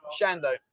shando